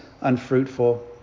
unfruitful